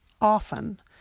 often